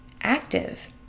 Active